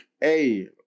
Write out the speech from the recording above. Hey